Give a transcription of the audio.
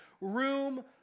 room